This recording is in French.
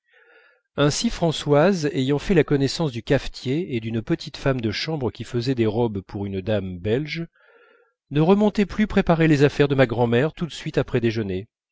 ainsi françoise ayant fait la connaissance du cafetier et d'une petite femme de chambre qui faisait des robes pour une dame belge ne remontait plus préparer les affaires de ma grand'mère tout de suite après déjeuner